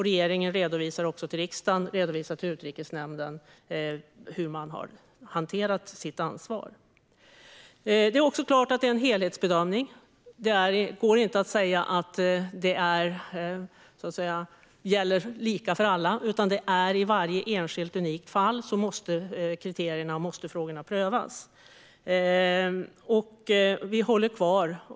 Regeringen redovisar också till riksdagen och till Utrikesnämnden hur man har hanterat sitt ansvar. Det är också klart att det är fråga om en helhetsbedömning. Det går inte att säga att det gäller lika för alla, utan i varje enskilt unikt fall måste kriterierna och frågorna prövas.